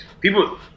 people